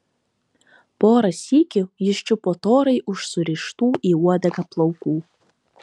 porą sykių jis čiupo torai už surištų į uodegą plaukų